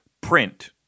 print